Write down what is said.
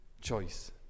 choice